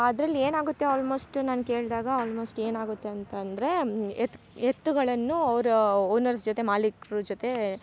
ಅದ್ರಲ್ಲಿ ಏನಾಗುತ್ತೆ ಆಲ್ಮೋಸ್ಟ್ ನನ್ನ ಕೇಳ್ದಾಗ ಆಲ್ಮೋಸ್ಟ್ ಏನಾಗುತ್ತೆ ಅಂತಂದರೆ ಏತ್ ಎತ್ತುಗಳನ್ನು ಅವರ ಓನರ್ಸ್ ಜೊತೆ ಮಾಲಿಕ್ರ ಜೊತೆ